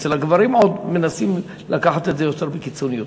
אצל הגברים עוד מנסים לקחת את זה יותר בקיצוניות.